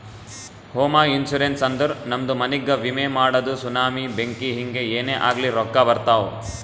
ಹೋಮ ಇನ್ಸೂರೆನ್ಸ್ ಅಂದುರ್ ನಮ್ದು ಮನಿಗ್ಗ ವಿಮೆ ಮಾಡದು ಸುನಾಮಿ, ಬೆಂಕಿ ಹಿಂಗೆ ಏನೇ ಆಗ್ಲಿ ರೊಕ್ಕಾ ಬರ್ತಾವ್